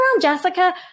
Jessica